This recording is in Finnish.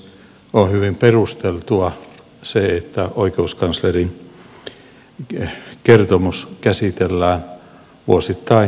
on hyvin perusteltua se että oikeuskanslerin kertomus käsitellään vuosittain perusteellisesti